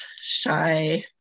shy